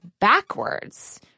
backwards